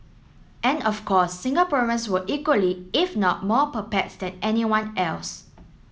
and of course Singaporeans were equally if not more perplexed than anyone else